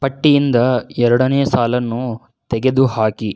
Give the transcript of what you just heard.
ಪಟ್ಟಿಯಿಂದ ಎರಡನೇ ಸಾಲನ್ನು ತೆಗೆದು ಹಾಕಿ